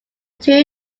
two